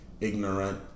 ignorant